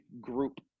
group